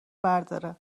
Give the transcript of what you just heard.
برداره